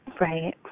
Right